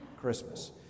Christmas